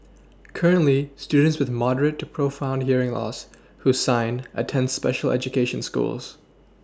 currently students with moderate to profound hearing loss who sign attend special education schools